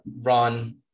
run